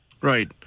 Right